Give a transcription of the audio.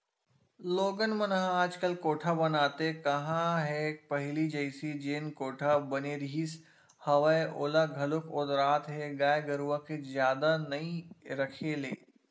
लोगन मन ह आजकल कोठा बनाते काँहा हे पहिली जइसे जेन कोठा बने रिहिस हवय ओला घलोक ओदरात हे गाय गरुवा के जादा नइ रखे ले